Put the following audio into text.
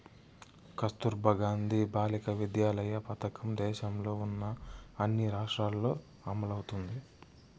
కస్తుర్బా గాంధీ బాలికా విద్యాలయ పథకం దేశంలో ఉన్న అన్ని రాష్ట్రాల్లో అమలవుతోంది